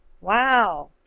wow